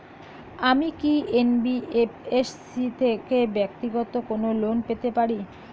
আমি কি এন.বি.এফ.এস.সি থেকে ব্যাক্তিগত কোনো লোন পেতে পারি?